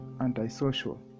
antisocial